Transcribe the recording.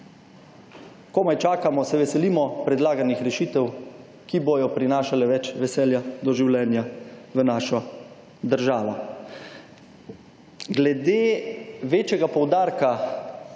Komaj čakamo, se veselimo predlaganih rešitev, ki bodo prinašale več veselja do življenja v našo državo. Glede večjega poudarka